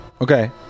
Okay